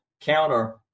counter